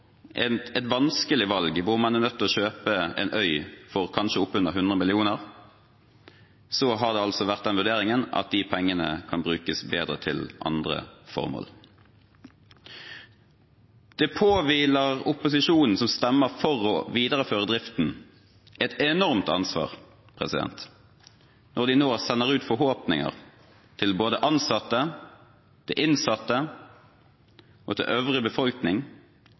en fantastisk innsats ved dette fengselet, men stilt overfor et vanskelig valg, hvor man er nødt til å kjøpe en øy for kanskje opp under 100 mill. kr, har man gjort den vurderingen at de pengene kan brukes bedre på andre formål. Det påhviler opposisjonen som stemmer for å videreføre driften, et enormt ansvar når de nå sender ut forhåpninger til både ansatte, innsatte og øvrig befolkning